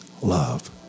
love